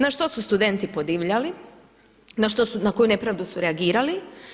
Na što su studenti podivljali, na koju nepravdu su reagirali.